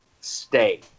stay